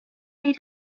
they